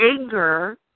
anger